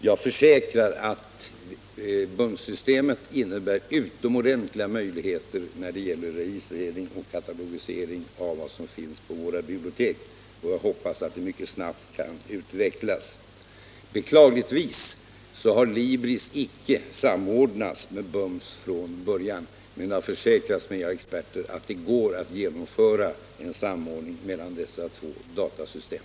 Jag försäkrar att detta har utomordentliga möjligheter när det gäller registrering och katalogisering av vad som finns på våra bibliotek, och jag hoppas att det mycket snabbt kan utvecklas. Beklagligtvis har Libris icke samordnats med BUMS från början, men det har försäkrats av experter att det går att genomföra en samordning mellan dessa två datasystem.